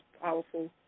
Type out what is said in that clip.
powerful